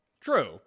True